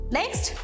next